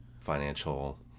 financial